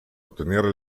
ottenere